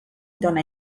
tona